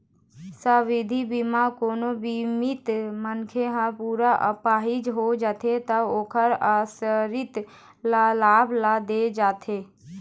सावधि बीमा म कोनो बीमित मनखे ह पूरा अपाहिज हो जाथे त ओखर आसरित ल लाभ ल दे जाथे